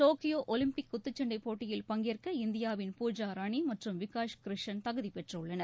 Tokyo Olympic குத்துச் சண்டை போட்டியில் பங்கேற்க இந்தியாவின் பூஜா ராணி மற்றும் விகாஷ் கிருஷன் தகுதி பெற்றுள்ளனர்